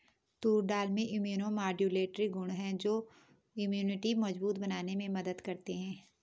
तूर दाल में immunomodulatory गुण हैं जो इम्यूनिटी को मजबूत बनाने में मदद करते है